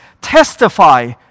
testify